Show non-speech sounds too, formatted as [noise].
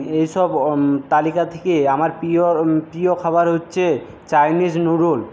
এই সব [unintelligible] তালিকা থেকে আমার প্রিয় প্রিয় খাবার হচ্ছে চাইনিজ নুডুল